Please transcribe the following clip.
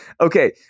Okay